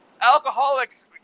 Alcoholics